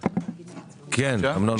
כן, אמנון.